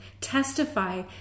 testify